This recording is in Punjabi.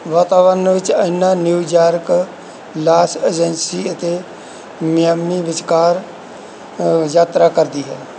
ਵਾਤਾਵਰਨ ਵਿੱਚ ਐਨਾ ਨਿਊ ਜਾਰਕ ਲਾਸ ਏਜੰਸੀ ਅਤੇ ਮਿਆਮੀ ਵਿਚਕਾਰ ਯਾਤਰਾ ਕਰਦੀ ਹੈ